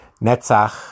Netzach